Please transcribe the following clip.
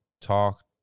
talk